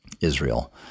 Israel